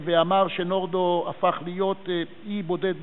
ואמר שנורדאו הפך להיות אי בודד בציונות,